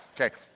Okay